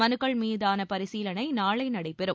மனுக்கள் மீதான பரிசீலனை நாளை நடைபெறம்